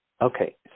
Okay